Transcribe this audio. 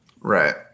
Right